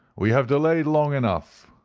we have delayed long enough.